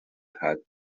had